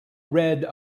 red